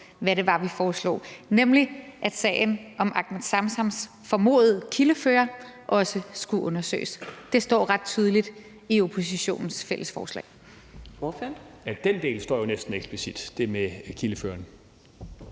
hvad det var, vi foreslog, nemlig at sagen om Ahmed Samsams formodede kildefører også skulle undersøges. Det står ret tydeligt i oppositionens fælles forslag.